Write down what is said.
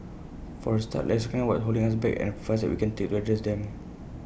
for A start let's recognise what's holding us back and the five steps we can take to address them